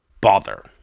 Bother